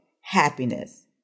happiness